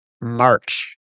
March